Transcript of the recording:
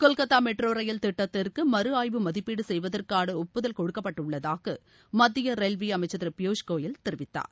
Kolkata metro rail திட்டத்திற்கு மறுஆய்வு மதிப்பீடு செய்வதற்கான ஒப்புதல் கொடுக்கப்பட்டுள்ளதாக மத்திய ரயில்வே அமைச்சர் திரு பியூஷ் கோயல் தெரிவித்தார்